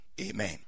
Amen